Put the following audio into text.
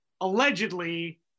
allegedly